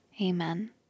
Amen